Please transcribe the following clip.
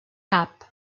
cap